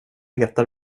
letar